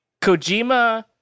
Kojima